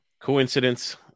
Coincidence